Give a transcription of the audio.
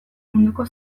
munduko